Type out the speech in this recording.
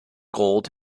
gold